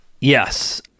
Yes